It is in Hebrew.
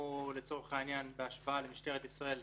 לצורך העניין בהשוואה למשטרת ישראל,